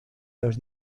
los